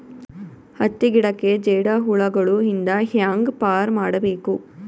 ಹತ್ತಿ ಗಿಡಕ್ಕೆ ಜೇಡ ಹುಳಗಳು ಇಂದ ಹ್ಯಾಂಗ್ ಪಾರ್ ಮಾಡಬೇಕು?